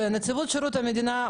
נציבות שירות המדינה,